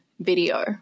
video